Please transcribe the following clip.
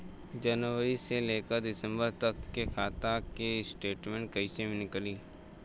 जनवरी से लेकर दिसंबर तक के खाता के स्टेटमेंट कइसे निकलि?